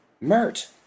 Mert